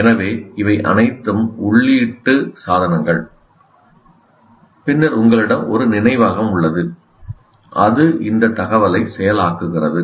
எனவே இவை அனைத்தும் உள்ளீட்டு சாதனங்கள் பின்னர் உங்களிடம் ஒரு நினைவகம் உள்ளது அது இந்த தகவலை செயலாக்குகிறது